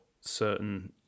certain